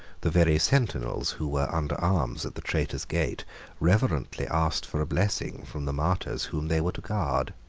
the very sentinels who were under arms at the traitors' gate reverently asked for a blessing from the martyrs whom they were to guard.